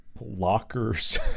lockers